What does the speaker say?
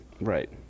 Right